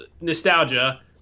nostalgia